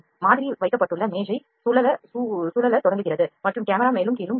மாதிரி வைக்கப்பட்டுள்ள மேஜை சுழலத் தொடங்குகிறது மற்றும் கேமரா மேலும் கீழும் நகரும்